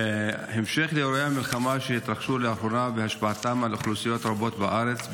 בהמשך לאירועי המלחמה שהתרחשו לאחרונה והשפעתם על אוכלוסיות רבות בארץ,